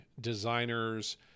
designers